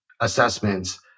assessments